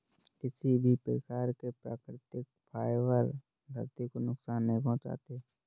किसी भी प्रकार के प्राकृतिक फ़ाइबर धरती को नुकसान नहीं पहुंचाते